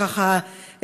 ככה,